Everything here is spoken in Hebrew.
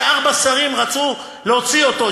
שארבעה שרים רצו להוציא אותו,